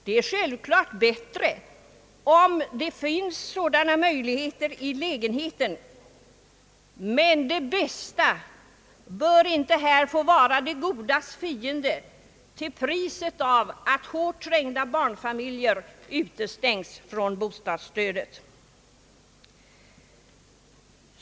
Det är självfallet bättre om det finns möjligheter till bad i själva lägenheten, men det bästa bör inte här få vara det godas fiende till priset av att hårt trängda barnfamiljer utestängs från bostadsstödet.